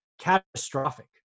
catastrophic